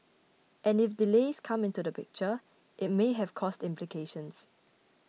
and if delays come into the picture it may have cost implications